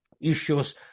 issues